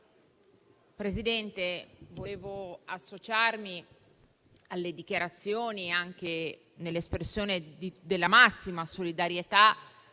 Presidente, vorrei associarmi alle dichiarazioni di espressione della massima solidarietà